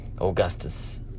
Augustus